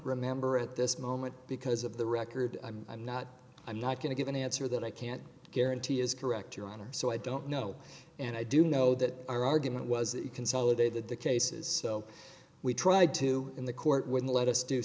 remember at this moment because of the record i'm i'm not i'm not going to give an answer that i can't guarantee is correct your honor so i don't know and i do know that our argument was that you consolidated the cases so we tried to in the court would let us do